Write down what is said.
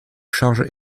charge